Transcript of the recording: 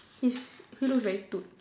his he looks very toot